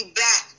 back